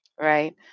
right